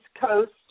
Coast